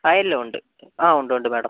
ആ എല്ലാം ഉണ്ട് ആ ഉണ്ട് ഉണ്ട് മേഡം